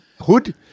hood